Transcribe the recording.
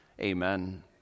Amen